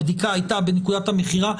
הבדיקה הייתה בנקודת המכירה,